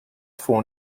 två